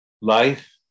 Life